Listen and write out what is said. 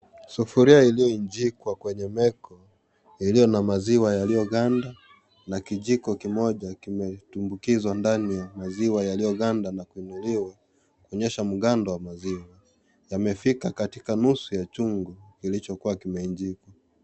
Sufuria iliyoinjikwa kwenye meko iliyo na maziwa yaliyo ganda na kijiko kimoja kimetumbukizwa ndani ya maziwa yaliyo ganda na kuinuliwa kuonyesha mgando wa maziwa yamefika katika nusu ya chungu kilichokuwa kimeinjikwa.